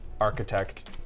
architect